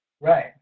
right